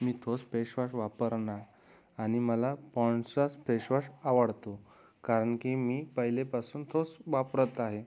मी तोच face wash वापरणार आणि मला पॉंड्ससाच फेश वॉश आवडतो कारण की मी पहिलेपासून तोच वापरत आहे